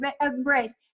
embrace